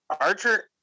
Archer